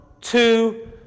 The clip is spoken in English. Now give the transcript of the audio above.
two